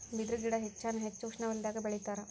ಬಿದರು ಗಿಡಾ ಹೆಚ್ಚಾನ ಹೆಚ್ಚ ಉಷ್ಣವಲಯದಾಗ ಬೆಳಿತಾರ